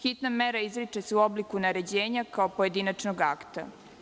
Hitna mera izriče se u obliku naređenja kao pojedinačnog akta.